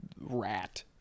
rat